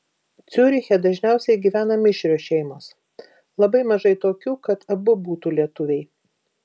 ciuriche dažniausiai gyvena mišrios šeimos labai mažai tokių kad abu būtų lietuviai